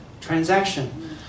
transaction